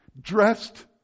dressed